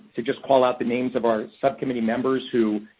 to just call out the names of our subcommittee members who,